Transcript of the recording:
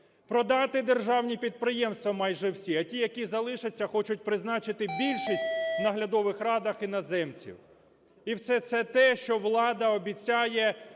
Продати державні підприємства майже всі, а ті, які залишаться, хочуть призначити більшість в наглядових радах іноземців. І все це те, що влада обіцяє